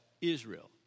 Israel